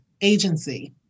agency